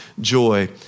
joy